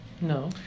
No